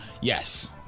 Yes